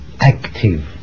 active